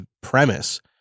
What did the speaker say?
premise